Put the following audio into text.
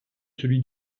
celui